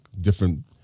different